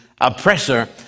oppressor